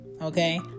Okay